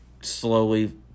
slowly